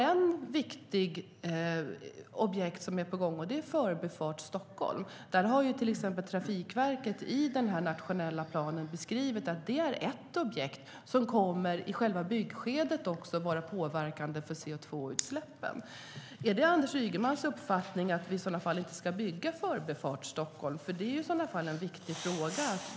Ett viktigt objekt som man är i gång och arbetar på är Förbifart Stockholm. I den nationella planen har Trafikverket beskrivit att det är ett objekt som i själva byggskedet kommer att påverka CO2-utsläppen. Är det Anders Ygemans uppfattning att vi då inte ska bygga Förbifart Stockholm? Det är i så fall viktigt att få veta.